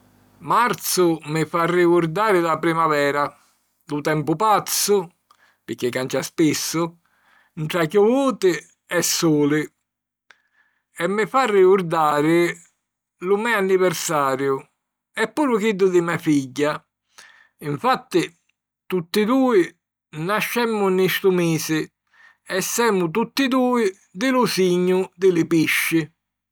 Marzu mi fa rigurdari la primavera, lu tempu pazzu, pirchì cancia spissu, ntra chiuvuti e suli. E mi fa rigurdari lu me anniversariu e puru chiddu di me figghia: infatti, tutti dui nascemmu nni stu misi e semu tutti dui di lu signu di li pisci.